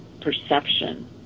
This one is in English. perception